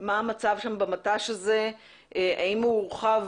אנחנו הולכים עכשיו לתוכנית לנצל את הקולחים שיוצאים מהמט"ש לכיוון